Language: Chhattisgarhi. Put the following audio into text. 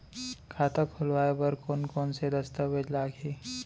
खाता खोलवाय बर कोन कोन से दस्तावेज लागही?